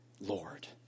Lord